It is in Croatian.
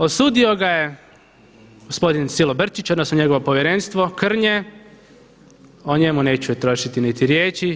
Osudio ga je gospodin Silobrčić odnosno njegovo povjerenstvo krnje, o njemu neću trošiti niti riječi.